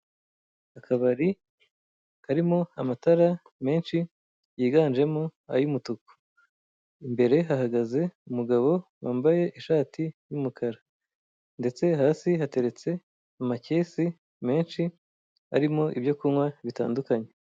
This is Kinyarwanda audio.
Akabari karimo amatara menshi yiganjemo ay'umutuku, imbere hahagaze umugabo wambaye ishati yumukara, ndetse hasi hateretse amakesi menshi arimo ibyo kunywa bitandukanye.